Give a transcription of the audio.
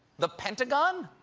the pentagon?